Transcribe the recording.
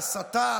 ההסתה,